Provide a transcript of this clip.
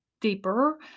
deeper